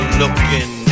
looking